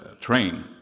train